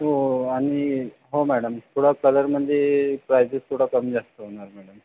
हो आणि हो मॅडम थोडा कलरमध्ये प्राइसेस थोडा कमी जास्त होणार मॅडम